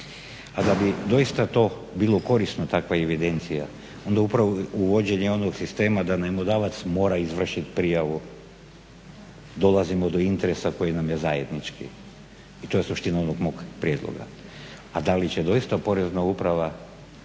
A da bi doista to bilo korisno, takva evidencija, onda upravo uvođenje onog sistema da najmodavac mora izvršit prijavu dolazimo do interesa koji nam je zajednički i to je suština onog mog prijedloga. A da li će doista porezna uprava,